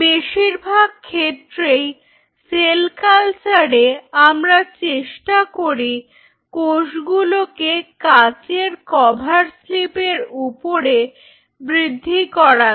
বেশিরভাগ ক্ষেত্রেই সেল কালচারে আমরা চেষ্টা করি কোষগুলোকে কাঁচের কভার স্লিপ এর উপরে বৃদ্ধি করাতে